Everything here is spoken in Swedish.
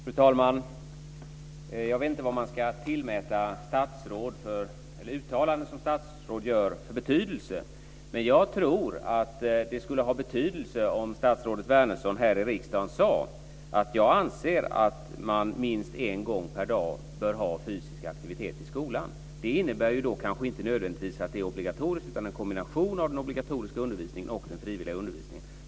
Fru talman! Jag vet inte vilken betydelse som man ska tillmäta uttalanden som statsråd gör. Men jag tror att det skulle ha betydelse om statsrådet Wärnersson här i riksdagen sade att hon anser att man minst en gång om dagen bör ha fysisk aktivitet i skolan. Det innebär kanske inte nödvändigtvis att det är obligatoriskt utan en kombination av den obligatoriska undervisningen och den frivilliga undervisningen.